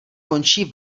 končí